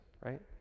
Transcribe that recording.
right